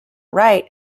right